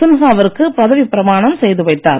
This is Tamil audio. சின்ஹா விற்கு பதவிப் பிரமாணம் செய்துவைத்தார்